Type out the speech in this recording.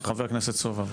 בבקשה, חבר הכנסת סובה.